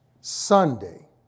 Sunday